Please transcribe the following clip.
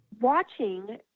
watching